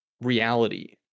reality